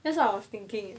that's what I was thinking